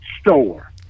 Store